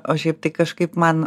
o šiaip tai kažkaip man